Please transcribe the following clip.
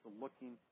looking